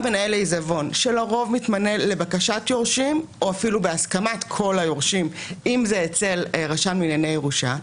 או אפילו בהסכמת כל היורשים אם זה אצל הרשם לענייני ירושה,